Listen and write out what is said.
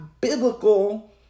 biblical